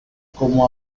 como